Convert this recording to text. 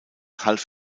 half